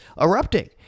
erupting